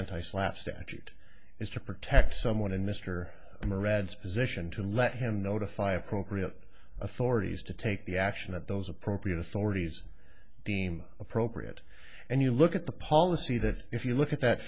anti slapp statute is to protect someone in mr a reds position to let him notify appropriate authorities to take the action that those appropriate authorities deemed appropriate and you look at the policy that if you look at that